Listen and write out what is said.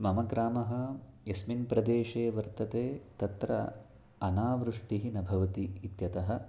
मम ग्रामः यस्मिन् प्रदेशे वर्तते तत्र अनावृष्टिः न भवति इत्यतः